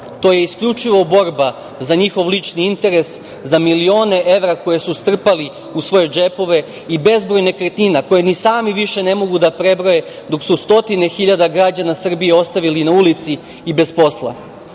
To je isključivo borba za njihov lični interes, za milione evra koje su strpali u svoje džepove i bezbroj nekretnina koje ni sami više ne mogu da prebroje, dok su stotine hiljada građana Srbije ostavili na ulici i bez posla.